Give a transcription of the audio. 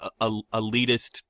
elitist